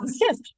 Yes